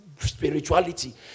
spirituality